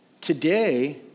Today